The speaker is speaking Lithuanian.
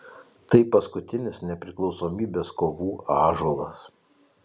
tai paskutinis nepriklausomybės kovų ąžuolas